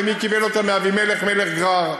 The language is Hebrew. ומי קיבל אותה מאבימלך מלך גרר,